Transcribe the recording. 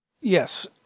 Yes